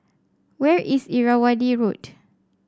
where is Irrawaddy Road